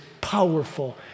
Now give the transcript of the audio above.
powerful